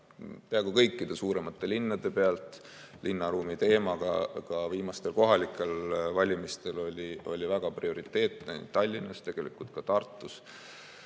peaaegu kõikide suuremate linnade pealt. Linnaruumi teema oli ka viimastel kohalikel valimistel väga prioriteetne nii Tallinnas kui ka Tartus.